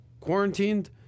quarantined